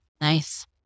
Nice